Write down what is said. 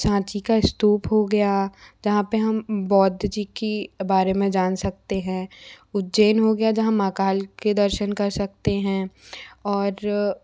सांची का स्तूप हो गया जहाँ पे हम बौद्ध जी की बारे में जान सकते हैं उज्जैन हो गया जहाँ महाकाल के दर्शन कर सकते हैं और